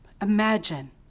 imagine